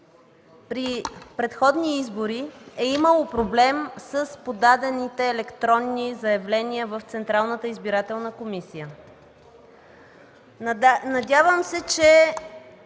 при предходни избори е имало проблем с подадените електронни заявления в Централната избирателна комисия. Надявам се, че